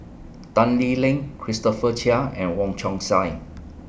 Tan Lee Leng Christopher Chia and Wong Chong Sai